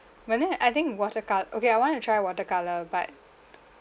but then I think watercol~ okay I want to try watercolour but